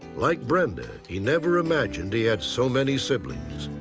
like brenda, he never imagined he had so many siblings.